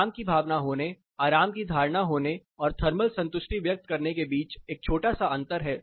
आराम की भावना होने आराम की धारणा होने और थर्मल संतुष्टि व्यक्त करने के बीच एक छोटा सा अंतर है